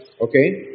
Okay